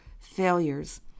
failures